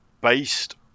based